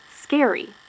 scary